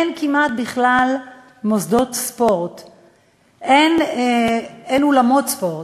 אין כמעט בכלל מוסדות ספורט, אין אולמות ספורט,